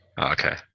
Okay